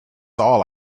all